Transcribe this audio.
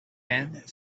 end